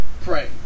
pray